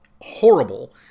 horrible